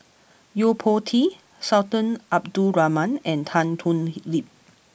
Yo Po Tee Sultan Abdul Rahman and Tan Thoon Lip